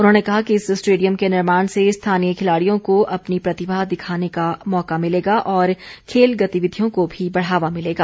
उन्होंने कहा कि इस स्टेडियम के निर्माण से स्थानीय खिलाड़ियों को अपनी प्रतिभा दिखाने का मौका मिलेगा और खेल गतिविधियों को भी बढ़ावा मिलेगा